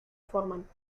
forman